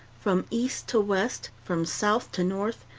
from east to west, from south to north,